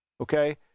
Okay